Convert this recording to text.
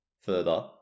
Further